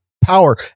power